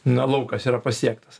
na laukas yra pasiektas